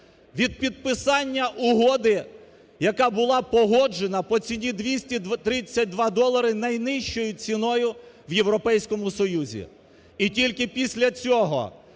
від підписання угоди, яка була погоджена по ціні 232 долари, найнижчою ціною в Європейському Союзі. І тільки після цього